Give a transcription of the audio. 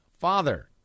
father